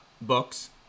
books